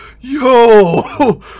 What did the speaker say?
Yo